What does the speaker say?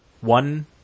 One